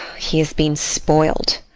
he has been spoilt.